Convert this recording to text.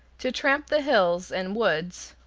to tramp the hills and woods,